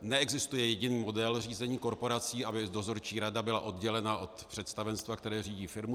Neexistuje jediný model řízení korporací, aby dozorčí rada byla oddělena od představenstva, které řídí firmu.